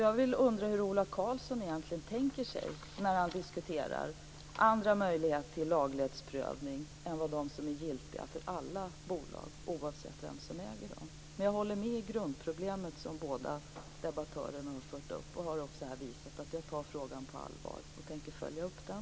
Jag undrar därför hur Ola Karlsson egentligen tänker när han diskuterar andra möjligheter till laglighetsprövning än de som är giltiga för alla bolag, oavsett vem som äger dem. Jag håller dock med om grundproblemet, som båda debattörerna har fört upp. Jag har här också visat att jag tar frågan på allvar och tänker följa upp den.